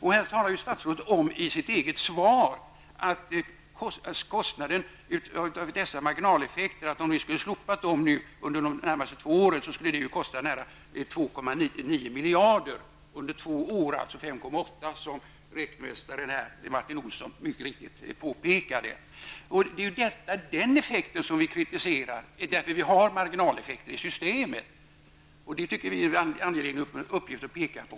Här talar statsrådet om i sitt eget svar, att om man vi skulle slopa dessa marginaleffekter under de närmaste två åren, skulle det kosta nära 2,9 miljarder kronor, dvs. 5,8 Olsson här mycket riktigt påpekade. Det är den effekten som vi kritiserar. Det finns marginaleffekter i systemet, och vi anser det vara en angelägen uppgift att påpeka detta.